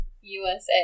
USA